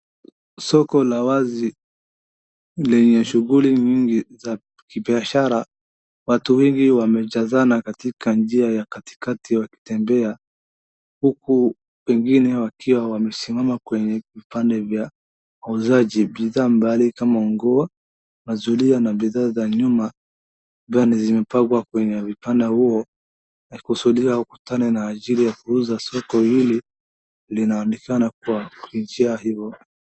Soko la wazi lenye shughuli nyingi za kibiashara watu wengi wamejazana katika njia ya katikati wkitembea huku wengine wakiwa wamesimama kwenye vipande vya wauzaji bidhaa mbalimbali kama nguo, mazulia na bidhaa za nyumba zote zimepangwa kwenye upande huo kusudi lao wakutane na ajira ya kuuza. Soko hili linajulikana kwa kupitia hilo.